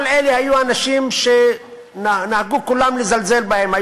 אבל אלה היו אנשים שכולם נהגו לזלזל בהם.